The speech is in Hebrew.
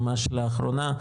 ממש לאחרונה,